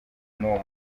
n’uwo